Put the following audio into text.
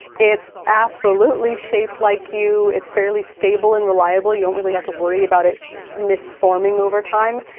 it's absolutely shaped like you. it's fairly stable and reliable. you don't really have to worry about it misforming over time.